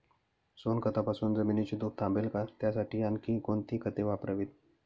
सोनखतापासून जमिनीची धूप थांबेल का? त्यासाठी आणखी कोणती खते वापरावीत?